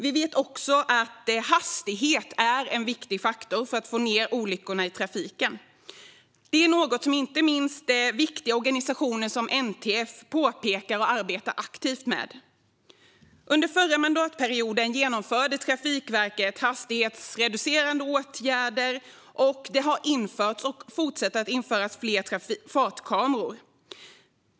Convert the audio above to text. Vi vet även att hastighet är en viktig faktor för att få ned olyckorna i trafiken. Detta är något som inte minst viktiga organisationer som NTF påpekar och arbetar aktivt med. Under förra mandatperioden genomförde Trafikverket hastighetsreducerande åtgärder, och det har införts och fortsätter att införas fler fartkameror.